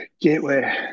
Gateway